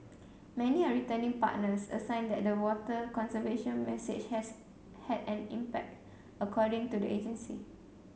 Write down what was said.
many are returning partners a sign that the water conservation message has had an impact according to the agency